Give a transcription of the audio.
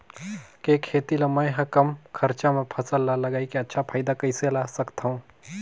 के खेती ला मै ह कम खरचा मा फसल ला लगई के अच्छा फायदा कइसे ला सकथव?